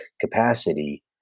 capacity